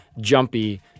jumpy